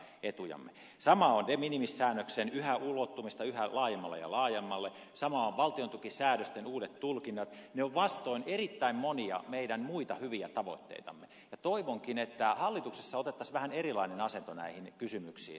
sama on de minimis säännöksen ulottuminen yhä laajemmalle ja laajemmalle sama on valtiontukisäädösten uudet tulkinnat ne ovat vastoin erittäin monia meidän muita hyviä tavoitteitamme ja toivonkin että hallituksessa otettaisiin vähän erilainen asento näihin kysymyksiin